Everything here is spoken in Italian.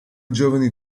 giovani